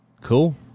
Cool